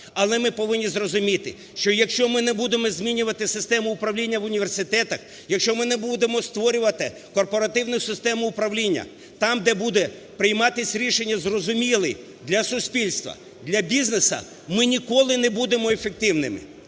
Але ми повинні зрозуміти, що якщо ми не будемо змінювати систему управління в університетах, якщо ми не будемо створювати корпоративну систему управління там, де будуть прийматись рішення, зрозумілі для суспільства, для бізнесу, ми ніколи не будемо ефективними.